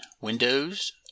Windows